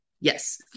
yes